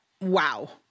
wow